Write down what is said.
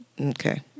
Okay